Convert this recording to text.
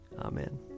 Amen